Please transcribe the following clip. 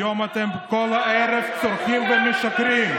היום אתם כל הערב צורחים ומשקרים.